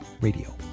radio